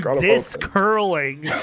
dis-curling